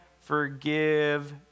forgive